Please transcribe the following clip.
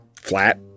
Flat